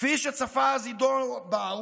כפי שצפה אז עידו באום,